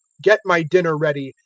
get my dinner ready,